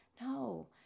No